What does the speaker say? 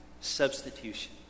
substitution